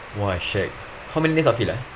!wah! shag how many days outfield ah